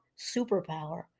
superpower